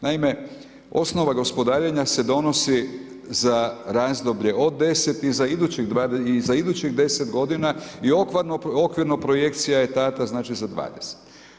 Naime, osnova gospodarenja se donosi za razdoblje od 10 i za idućih 10 godina i okvirno projekcija je ta, to znači za 20.